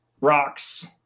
rocks